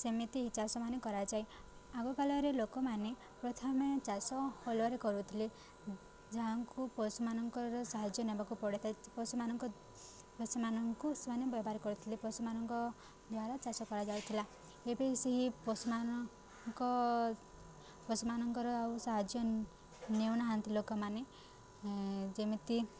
ସେମିତି ଚାଷମାନେ କରାଯାଏ ଆଗକାଳରେ ଲୋକମାନେ ପ୍ରଥମେ ଚାଷ ହଳରେ କରୁଥିଲେ ଯାହାଙ୍କୁ ପଶୁମାନଙ୍କର ସାହାଯ୍ୟ ନେବାକୁ ପଡ଼ିଥାଏ ପଶୁମାନଙ୍କ ପଶୁମାନଙ୍କୁ ସେମାନେ ବ୍ୟବହାର କରୁଥିଲେ ପଶୁମାନଙ୍କ ଦ୍ୱାରା ଚାଷ କରାଯାଉଥିଲା ଏବେ ସେହି ପଶୁମାନଙ୍କ ପଶୁମାନଙ୍କର ଆଉ ସାହାଯ୍ୟ ନେଉନାହାନ୍ତି ଲୋକମାନେ ଯେମିତି